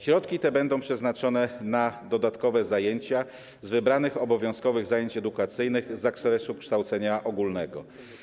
Środki te będą przeznaczone na dodatkowe zajęcia z wybranych obowiązkowych zajęć edukacyjnych z zakresu kształcenia ogólnego.